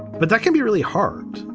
but that can be really hard,